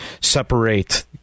separate